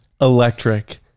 electric